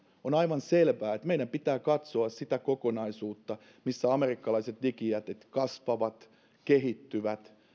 on aivan selvää että meidän pitää katsoa sitä kokonaisuutta missä amerikkalaiset digijätit kasvavat kehittyvät